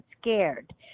scared